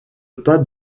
pas